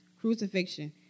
crucifixion